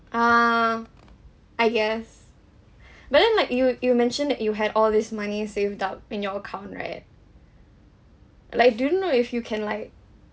uh I guess but then like you you mentioned that you had all this money saved up in your account right like do you know if you can like